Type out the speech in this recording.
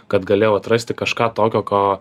kad galėjau atrasti kažką tokio ko